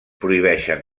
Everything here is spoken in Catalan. prohibeixen